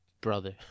brother